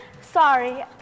Sorry